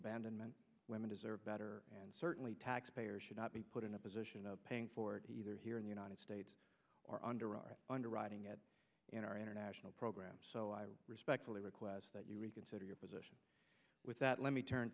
abandonment women deserve better and certainly taxpayers should not be put in a position of paying for it either here in the united states or under our underwriting in our international program so i respectfully request that you reconsider your position with that let me turn